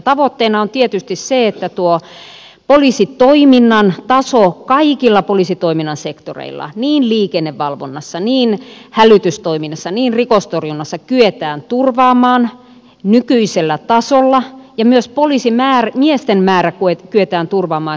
tavoitteena on tietysti se että tuo poliisitoiminnan taso kaikilla poliisitoiminnan sektoreilla niin liikennevalvonnassa hälytystoiminnassa kuin rikostorjunnassa kyetään turvaamaan nykyisellä tasolla ja myös poliisimiesten määrä kyetään turvaamaan hyvällä tasolla